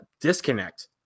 disconnect